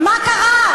מה קרה?